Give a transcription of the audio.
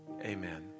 Amen